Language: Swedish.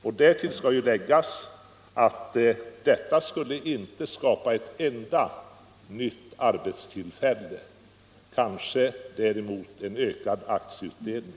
Och därtill kan läggas att detta inte skulle skapa ett enda nytt arbetstillfälle, däremot kanske en ökad aktieutdelning.